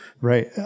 right